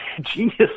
genius